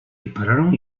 dispararon